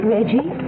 Reggie